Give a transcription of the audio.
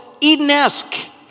Eden-esque